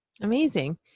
Amazing